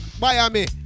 Miami